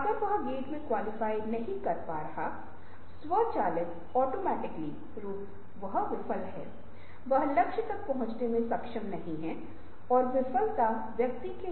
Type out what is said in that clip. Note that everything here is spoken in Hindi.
और इसे केवल तब सुलझाया जा सकता है जब आपके कर्मचारी काम करते है प्रबंधन जो काम करने के लिए एक निर्देशन करते हैं या नौकरी करने के लिए शामिल होते हैं और कंपनी के वसूली विभाग जो सामग्री खरीदता है